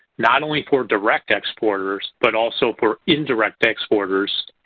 not only for direct exporters but also for indirect exporters,